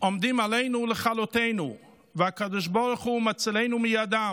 עומדים עלינו לכלותנו והקדוש ברוך הוא מצילנו מידם.